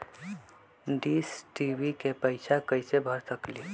Dish TV के पैईसा कईसे भर सकली?